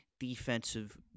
Defensive